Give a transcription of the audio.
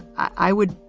i would.